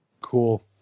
Cool